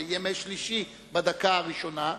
בימי שלישי בדקה הראשונה,